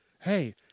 Hey